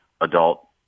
adult